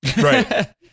Right